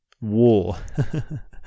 war